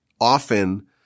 often